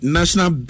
National